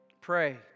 Pray